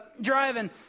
driving